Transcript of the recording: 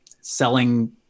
selling